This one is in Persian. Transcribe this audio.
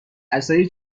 عصای